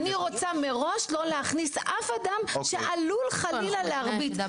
אני רוצה מראש לא להכניס אף אדם שעלול חלילה להרביץ.